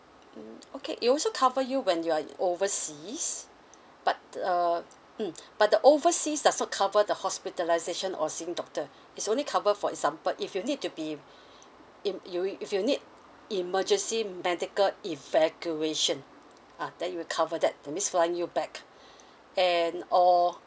mm okay it also cover you when you are in overseas but err mm but the overseas does not cover the hospitalisation or seeing doctor is only cover for example if you need to be if you if you need emergency medical evacuation ah then it will cover that that means flying you back and or